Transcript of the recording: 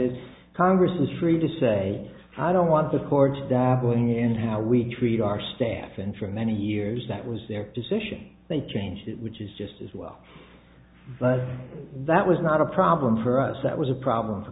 is congress is free to say i don't want discords dabbling in how we treat our staff and for many years that was their position that changed it which is just as well but that was not a problem for us that was a problem